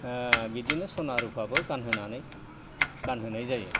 बिदिनो सना रुफाबो गानहोनानै गानहोनाय जायो